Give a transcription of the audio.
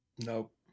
nope